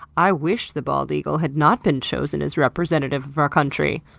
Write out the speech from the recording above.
i wish the bald eagle had not been chosen as representative of our country.